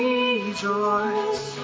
Rejoice